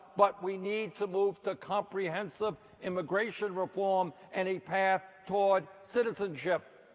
but we need to move to comprehensive immigration reform and a path toward citizenship?